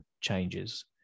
changes